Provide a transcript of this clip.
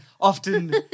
often